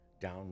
down